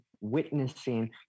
witnessing